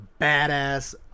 badass